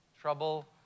trouble